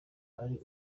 ari